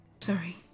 Sorry